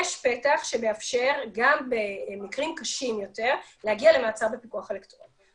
יש פתח שמאפשר גם במקרים קשים יותר להגיע למעצר בפיקוח אלקטרוני.